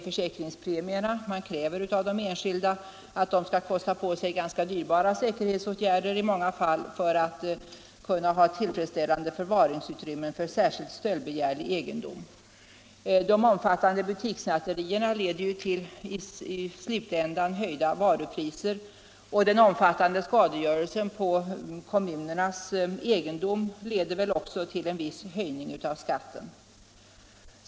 Försäkringspremierna höjs, och man skall kosta på sig ganska dyrbara säkerhetsåtgärder för att kunna ha tillfredsställande förvaringsutrymmen för särskilt stöldbegärlig egendom. De omfattande butikssnatterierna leder i slutändan till höjda varupriser, och den omfattande skadegörelsen på kommunernas egendom leder väl också till en viss höjning av skatten.